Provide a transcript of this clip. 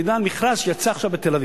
אני יודע על מכרז שיצא עכשיו בתל-אביב,